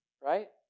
Right